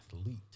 athlete